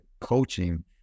coaching